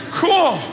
cool